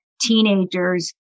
teenagers